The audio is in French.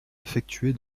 effectué